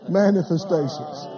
manifestations